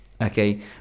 okay